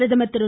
பிரதமர் திரு